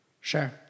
Sure